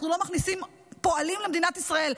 אנחנו לא מכניסים פועלים למדינת ישראל.